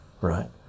right